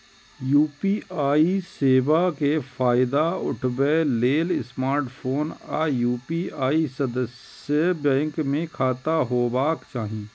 UPI सेवा के फायदा उठबै लेल स्मार्टफोन आ यू.पी.आई सदस्य बैंक मे खाता होबाक चाही